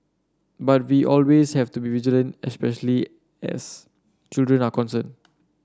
but we always have to be vigilant especially as children are concerned